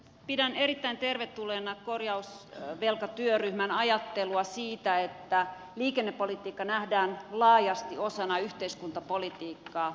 pidän erittäin tervetulleena korjausvelkatyöryhmän ajattelua siitä että liikennepolitiikka nähdään laajasti osana yhteiskuntapolitiikkaa